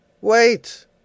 Wait